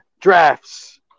drafts